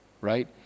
right